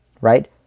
right